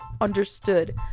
Understood